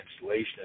installation